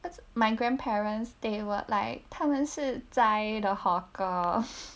that's my grandparents they were like 他们是吃斋的 hawker